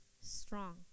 strong